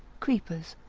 creepers,